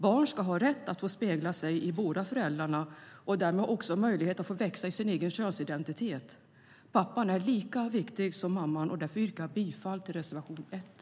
Barn ska ha rätt att spegla sig i båda föräldrarna och därmed också få möjlighet att växa i sin egen könsidentitet. Pappan är lika viktig som mamman, och därför yrkar jag bifall till reservation 1.